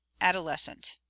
Adolescent